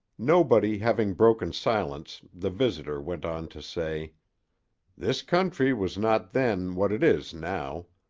nobody having broken silence the visitor went on to say this country was not then what it is now.